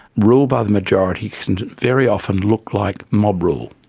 rule by the majority can very often look like mob rule.